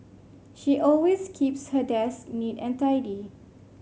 she always keeps her desk neat and tidy